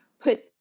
put